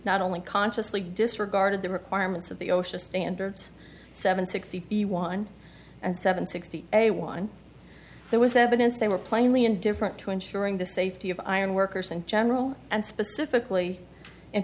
not only consciously disregarded the requirements of the osha standards seven sixty one and seven sixty a one there was evidence they were plainly indifferent to ensuring the safety of iron workers in general and specifically